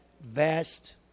vast